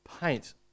paint